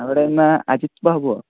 അവിടെ നിന്ന് അജിത് ബാബുവാണ്